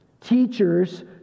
Teachers